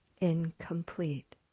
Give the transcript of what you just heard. incomplete